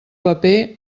paper